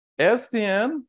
SDN